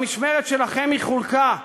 במשמרת שלכם היא חולקה.